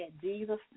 Jesus